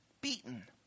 beaten